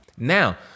Now